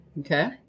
Okay